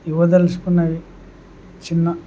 ఇవ్వదలుచుకున్నవి చిన్న